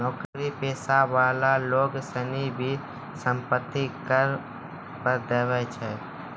नौकरी पेशा वाला लोग सनी भी सम्पत्ति कर देवै छै